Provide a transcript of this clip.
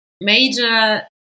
major